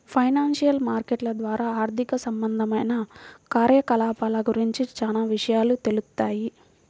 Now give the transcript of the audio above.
financial మార్కెట్ల ద్వారా ఆర్థిక సంబంధమైన కార్యకలాపాల గురించి చానా విషయాలు తెలుత్తాయి